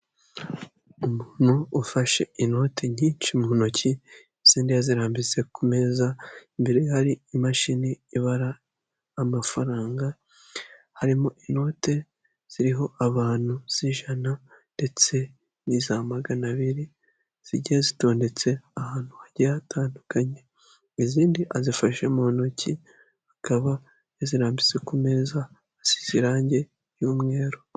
Umuntu ufashe inoti nyinshi mu ntoki izindi zirambitse ku meza imbere hari imashini ibara amafaranga harimo inote ziriho abantu z'ijana ndetse n'iza magana abiri zijye zitondetse ahantu hagiye hatandukanye ngo izindi azifashe mu ntoki akaba yazirambitse ku meza asize irangi y'umweru.